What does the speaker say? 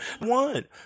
One